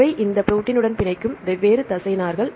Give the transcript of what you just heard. இவை இந்த ப்ரோடீன் உடன் பிணைக்கும் வெவ்வேறு தசைநார்கள்